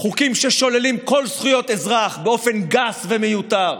חוקים ששוללים כל זכויות אזרח באופן גס ומיותר.